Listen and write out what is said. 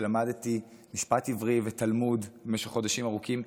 שלמדתי משפט עברי ותלמוד במשך חודשים ארוכים,